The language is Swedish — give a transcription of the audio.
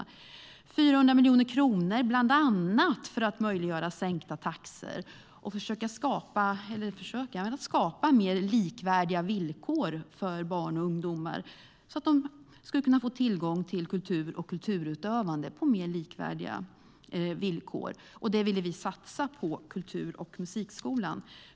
Vi ville satsa 400 miljoner kronor för att bland annat möjliggöra sänkta taxor och skapa mer likvärdiga villkor för barn och ungdomar i form av tillgång till kultur och kulturutövande. Det ville vi satsa på kultur och musikskolan.